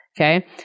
okay